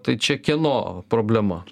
tai čia kieno problema